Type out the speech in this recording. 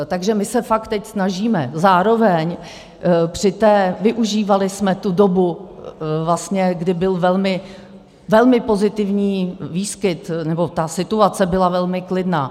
Takže my se teď fakt snažíme zároveň při té využívali jsme tu dobu vlastně, kdy byl velmi pozitivní výskyt, nebo ta situace byla velmi klidná.